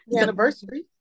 anniversary